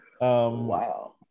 Wow